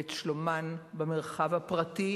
ואת שלומן במרחב הפרטי